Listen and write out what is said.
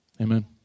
Amen